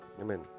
Amen